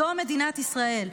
זו מדינת ישראל,